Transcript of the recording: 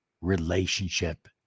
relationship